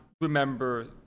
remember